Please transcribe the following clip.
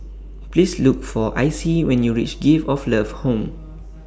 Please Look For Icey when YOU REACH Gift of Love Home